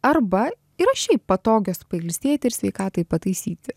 arba yra šiaip patogios pailsėti ir sveikatai pataisyti